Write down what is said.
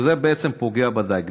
שזה פוגע בדיג.